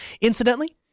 Incidentally